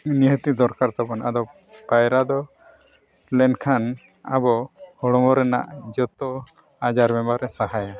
ᱱᱤᱦᱟᱹᱛᱤ ᱫᱚᱨᱠᱟᱨ ᱛᱟᱵᱚᱱ ᱟᱫᱚ ᱯᱟᱭᱨᱟ ᱫᱚ ᱞᱮᱱᱠᱷᱟᱱ ᱟᱵᱚ ᱦᱚᱲᱢᱚ ᱨᱮᱱᱟᱜ ᱡᱚᱛᱚ ᱟᱡᱟᱨ ᱵᱤᱢᱟᱨᱮ ᱥᱟᱦᱟᱭᱟ